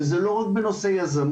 וזה לא רק בנושא יזמות.